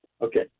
Okay